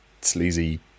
sleazy